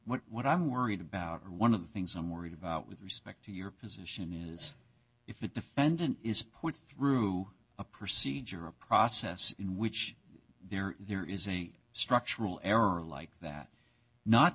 what i'm worried about or one of the things i'm worried about with respect to your position is if the defendant is put through a procedure a process in which there is there is a structural error like that not